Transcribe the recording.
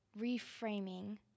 reframing